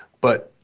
But-